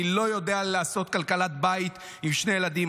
אני לא יודע לעשות כלכלת בית עם שני ילדים,